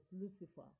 lucifer